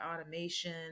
automation